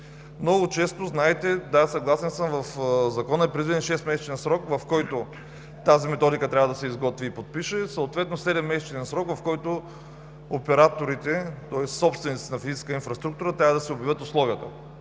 Много често, да, съгласен съм, в Закона е предвиден шестмесечен срок, в който тази методика трябва да се изготви и подпише, съответно седеммесечният срок, в който операторите, тоест собствениците на физическа инфраструктура трябва да си обявят условията.